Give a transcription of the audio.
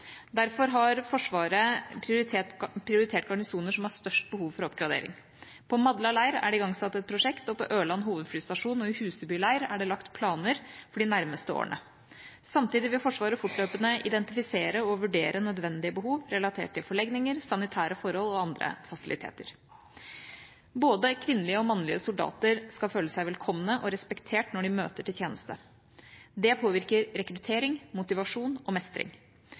Derfor har Forsvaret prioritert garnisoner som har størst behov for oppgradering. På Madla leir er det igangsatt et prosjekt, og på Ørland hovedflystasjon og i Huseby leir er det lagt planer for de nærmeste årene. Samtidig vil Forsvaret fortløpende identifisere og vurdere nødvendige behov relatert til forlegninger, sanitære forhold og andre fasiliteter. Både kvinnelige og mannlige soldater skal føle seg velkomne og respektert når de møter til tjeneste. Det påvirker rekruttering, motivasjon og mestring.